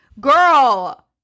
girl